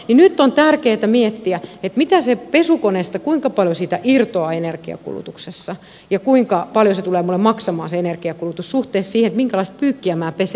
nyt on tärkeätä miettiä kuinka paljon siitä pesukoneesta irtoaa energiankulutuksessa ja kuinka paljon se energiankulutus tulee minulle maksamaan suhteessa siihen minkälaista pyykkiä minä pesen